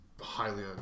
highly